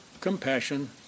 compassion